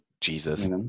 Jesus